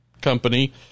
company